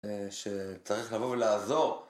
שצריך לבוא ולעזור.